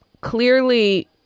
clearly